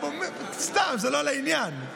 סתם, זה לא לעניין.